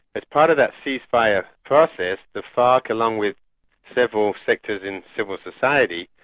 as part of that cease-fire process, the farc, along with several sectors in civil society,